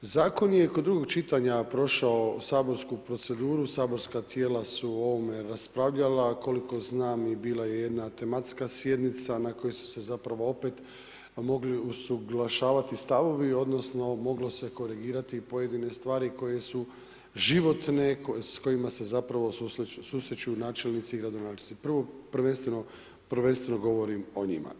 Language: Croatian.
Zakon je kod drugog čitanja prošao saborsku proceduru, saborska tijela su o ovome raspravljala, koliko znam i bila je jedna tematska sjednica na kojoj su se zapravo opet mogli usuglašavati stavovi, odnosno moglo se korigirati pojedine stvari koje su životne, s kojima se zapravo susreću načelnici i gradonačelnici, prvo prvenstveno govorim o njima.